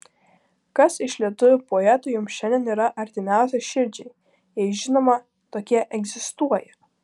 kas iš lietuvių poetų jums šiandien yra artimas širdžiai jei žinoma tokie egzistuoja